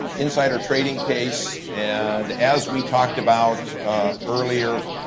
ah insider trading case. and as we talked about earlier,